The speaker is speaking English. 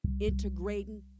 integrating